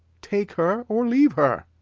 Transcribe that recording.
take her, or leave her?